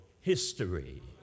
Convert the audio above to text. history